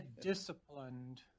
disciplined